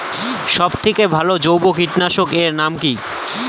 সব থেকে ভালো জৈব কীটনাশক এর নাম কি?